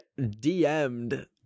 DM'd